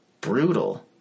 Brutal